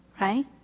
right